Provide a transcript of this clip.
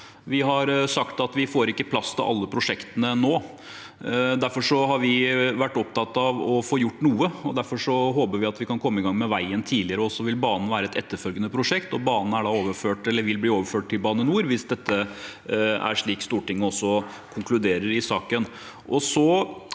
Vi har sagt at vi ikke får plass til alle prosjektene nå. Derfor har vi vært opptatt av å få gjort noe, og derfor håper vi at vi kan komme i gang med veien tidligere. Banen vil være et etterfølgende prosjekt, og den vil bli overført til Bane NOR, hvis det er slik Stortinget konkluderer i saken.